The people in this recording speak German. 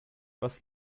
was